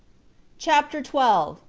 chapter twelve.